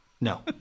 no